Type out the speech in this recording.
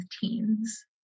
teens